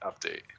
update